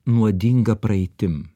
nuodinga praeitim